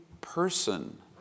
person